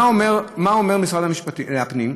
מה אומר משרד הפנים?